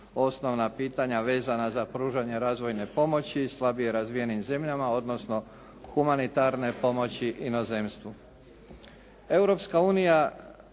osnovna pitanja vezana za pružanje razvojne pomoći slabije razvijenim zemljama, odnosno humanitarne pomoći inozemstvu.